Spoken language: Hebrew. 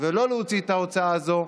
ולא להוציא את ההוצאה הזו,